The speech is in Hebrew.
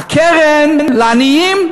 והקרן לעניים,